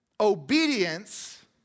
obedience